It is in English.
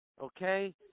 okay